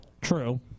True